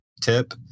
tip